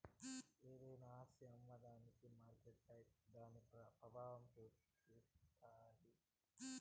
ఏదైనా ఆస్తిని అమ్మేదానికి మార్కెట్పై దాని పెబావం సూపిస్తాది